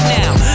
now